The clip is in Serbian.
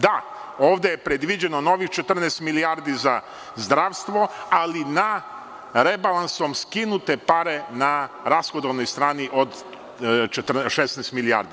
Da, ovde je predviđeno novih 14 milijardi za zdravstvo ali na rebalansom skinute pare na rashodovanoj strani od 16 milijardi.